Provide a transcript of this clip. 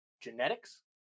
Genetics